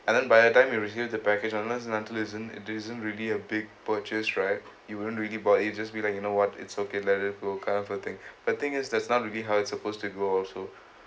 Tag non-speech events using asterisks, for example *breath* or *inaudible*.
and then by the time you received the package unless and until isn't it isn't really a big purchase right you wouldn't really bother it you just be like you know what it's okay let it go kind of a thing *breath* but thing is that's not really how it's supposed to go also